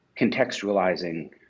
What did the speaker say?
contextualizing